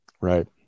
Right